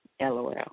LOL